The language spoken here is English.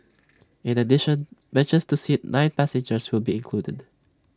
in addition benches to seat nine passengers will be included